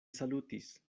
salutis